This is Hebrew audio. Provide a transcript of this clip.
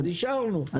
אז אישרנו,